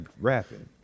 rapping